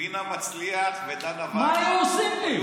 רינה מצליח ודנה ויס, מה היו עושים לי?